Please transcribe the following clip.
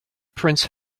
prince